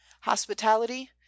hospitality